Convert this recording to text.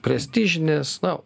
prestižinės na